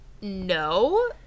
no